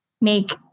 make